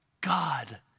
God